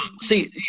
see